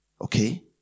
okay